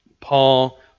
Paul